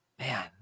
man